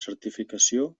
certificació